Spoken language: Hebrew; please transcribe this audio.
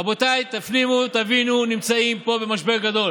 רבותיי, תבינו, תפנימו: נמצאים פה במשבר גדול.